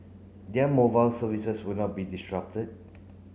their mobile services will not be disrupted